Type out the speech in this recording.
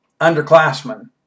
underclassmen